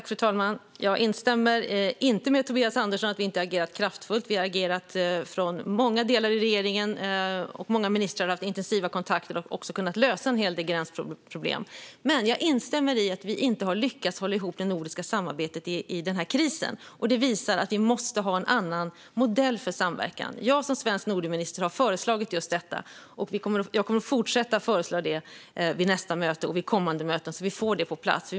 Fru talman! Jag instämmer inte med Tobias Andersson när det gäller att vi inte har agerat kraftfullt. Vi har agerat från många delar i regeringen, och många ministrar har haft intensiva kontakter och också kunnat lösa en hel del gränsproblem. Men jag instämmer i att vi inte har lyckats hålla ihop det nordiska samarbetet under krisen, och detta visar att vi måste ha en annan modell för samverkan. Jag som svensk Nordenminister har föreslagit just detta, och jag kommer att fortsätta att föreslå det vid nästa möte och vid kommande möten så att vi får det på plats.